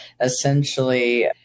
essentially